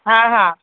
हा हा